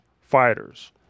fighters